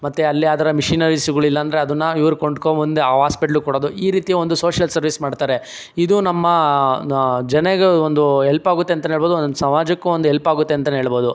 ಮತ್ತೆ ಅಲ್ಲಿ ಯಾವ್ದಾರ ಮೆಷಿನರಿಸ್ಗಳು ಇಲ್ಲಾಂದ್ರೆ ಅದನ್ನ ಇವ್ರು ಕೊಂಡ್ಕೊಂಡು ಬಂದು ಆ ಆಸ್ಪಿಟಲ್ಗೆ ಕೊಡೋದು ಈ ರೀತಿಯ ಒಂದು ಸೋಷಿಯಲ್ ಸರ್ವಿಸ್ ಮಾಡ್ತಾರೆ ಇದು ನಮ್ಮ ಜನಕ್ಕೆ ಒಂದು ಹೆಲ್ಪ್ ಆಗುತ್ತೆ ಅಂತಲೇ ಹೇಳ್ಬೋದು ಅದೊಂದು ಸಮಾಜಕ್ಕೂ ಒಂದು ಹೆಲ್ಪ್ ಆಗುತ್ತೆ ಅಂತಲೇ ಹೇಳ್ಬೋದು